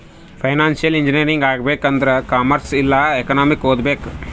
financial engineering ಆಗ್ಬೇಕ್ ಆಂದುರ್ commerce ಇಲ್ಲಾ ಎಕನಾಮಿಕ್ ಓದ್ಬೇಕ್